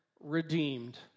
redeemed